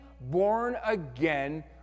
born-again